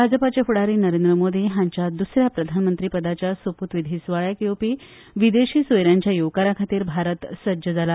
भाजपाचे फुडारी नरेंद्र मोदी हांच्या द्सऱ्या प्रधानमंत्री पदाच्या सोपुतविधी सुवाळ्याक येवपी विदेशी सोय यांच्या येवकाराखातीर भारत सज्ज जाला